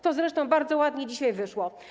To zresztą bardzo ładnie dzisiaj wyszło.